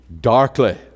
darkly